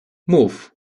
mów